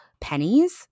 pennies